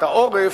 את העורף,